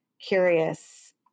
curious